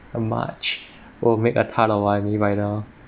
on march will make a ton of money by now